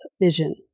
vision